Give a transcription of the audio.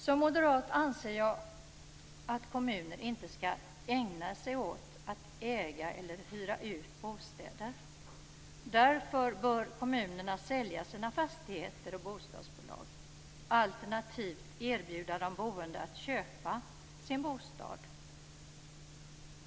Som moderat anser jag att kommuner inte skall ägna sig åt att äga eller hyra ut bostäder. Därför bör kommunerna sälja sina fastigheter och bostadsbolag. Alternativt kan de erbjuda de boende att köpa sin bostad.